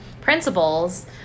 principles